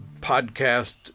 podcast